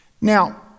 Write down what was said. Now